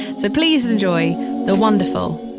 so please enjoy the wonderful